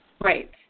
Right